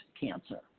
cancer